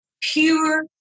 pure